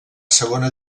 segona